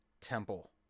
temple